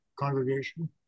congregation